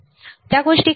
या गोष्टी काय आहेत